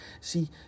See